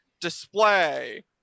display